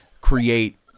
create